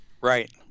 right